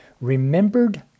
Remembered